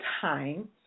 time